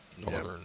Northern